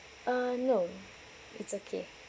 uh no it's okay